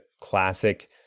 classic